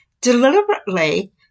deliberately